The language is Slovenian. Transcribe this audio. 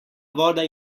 voda